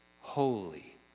holy